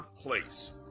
place